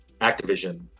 activision